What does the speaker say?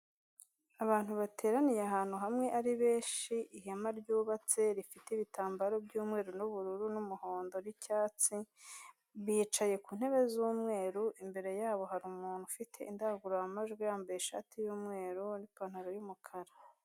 Abantu bateraniye ahantu hamwe ari benshi, ihema ryubatse rifite ibitambaro by'umweru n'ubururu n'umuhondo n'cyatsi, bicaye ku ntebe z'umweru imbere yabo hari umuntu ufite indangururamajwi yambaye ishati y'umweru n'ipantaro y'umukara.